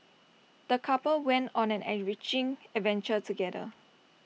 the couple went on an enriching adventure together